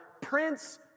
Prince